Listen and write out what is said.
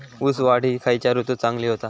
ऊस वाढ ही खयच्या ऋतूत चांगली होता?